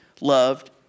loved